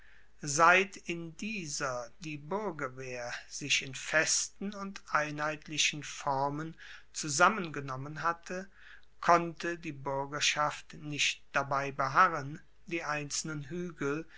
seit in dieser die buergerwehr sich in festen und einheitlichen formen zusammengenommen hatte konnte die buergerschaft nicht dabei beharren die einzelnen huegel